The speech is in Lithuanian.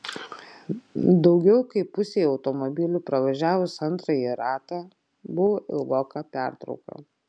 daugiau kaip pusei automobilių pravažiavus antrąjį ratą buvo ilgoka pertrauka